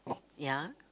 ya